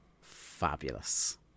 fabulous